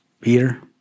Peter